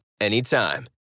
anytime